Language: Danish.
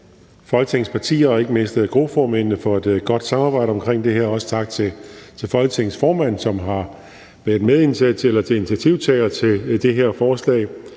Folketingets partier og ikke mindst gruppeformændene for et godt samarbejde omkring det her. Også tak til Folketingets formand, som har været initiativtager til det her forslag.